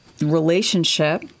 relationship